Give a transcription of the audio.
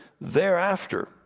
thereafter